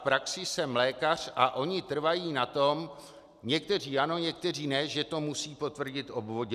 V praxi jsem lékař a oni trvají na tom, někteří ano, někteří ne, že to musí potvrdit obvoďák.